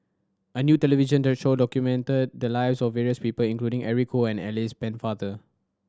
a new television that show documented the lives of various people including Eric Khoo and Alice Pennefather